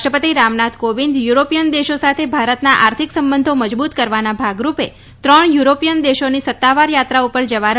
રાષ્ટ્રપતિ રામનાથ કોવિંદ યુરોપીયન દેશો સાથે ભારતના આર્થિક સંબંધો મજબુત કરવાના ભાગરૂપે ત્રણ યુરોપીયન દેશોની સત્તાવાર યાત્રા પર જવા રવાના થયા